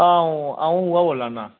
आं अंऊ उऐ बोल्ला ना